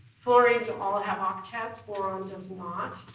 fluorines all have octets, boron does not.